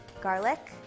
garlic